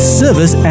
service